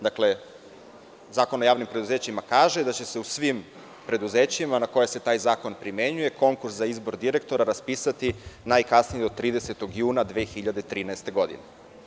Dakle, Zakon o javnim preduzećima kaže da će se u svim preduzećima na koje se taj zakon primenjuje konkurs za izbor direktora raspisati najkasnije do 30. juna 2013. godine.